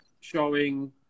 showing